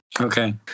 Okay